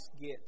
get